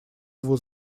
его